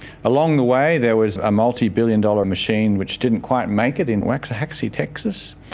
along the way there was a multibillion-dollar machine which didn't quite make it, in waxahachie texas.